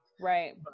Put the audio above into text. Right